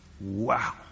Wow